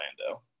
Orlando